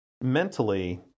mentally